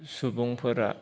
सुबुं फोरा